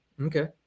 okay